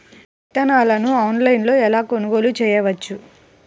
విత్తనాలను ఆన్లైనులో ఎలా కొనుగోలు చేయవచ్చు?